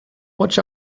watch